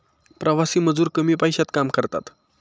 प्रवासी मजूर कमी पैशात काम करतात